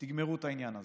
תגמרו את העניין הזה.